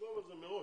לחשוב על זה מראש.